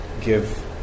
give